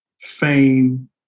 fame